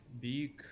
big